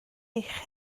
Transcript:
eich